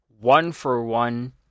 one-for-one